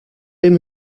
him